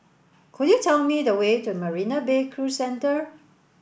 could you tell me the way to Marina Bay Cruise Centre